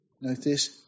notice